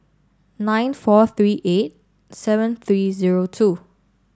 nine four three eight seven three zero two